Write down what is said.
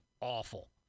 awful